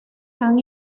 han